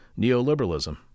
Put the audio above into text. neoliberalism